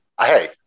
Hey